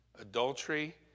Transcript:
Adultery